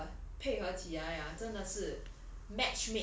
这个两个配合起来 ah 真的是